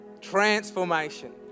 Transformation